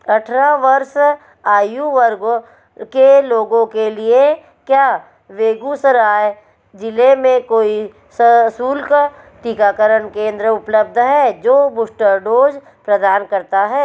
अठारह वर्ष आयु वर्ग के लोगों के लिए क्या बेगूसराय ज़िले में कोई सशुल्क टीकाकरण केंद्र उपलब्ध है जो बूस्टर डोज प्रदान करता है